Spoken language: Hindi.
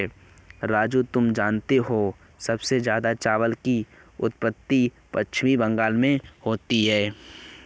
राजू तुम जानते हो सबसे ज्यादा चावल की उत्पत्ति पश्चिम बंगाल में होती है